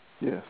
yes